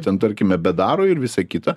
ten tarkime bedaro ir visa kita